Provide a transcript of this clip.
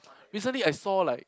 recently it I saw like